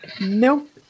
nope